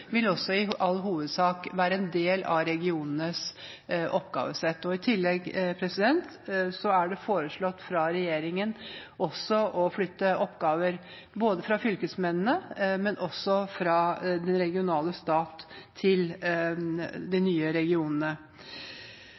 tillegg er det foreslått fra regjeringen å flytte oppgaver både fra fylkesmennene og fra den regionale stat til de nye regionene.